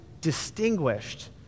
distinguished